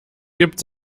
gibt